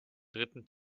dritten